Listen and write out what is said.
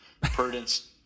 Prudence